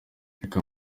reka